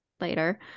later